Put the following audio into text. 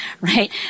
right